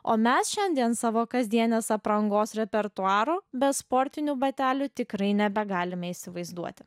o mes šiandien savo kasdienės aprangos repertuaro be sportinių batelių tikrai nebegalime įsivaizduoti